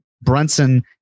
Brunson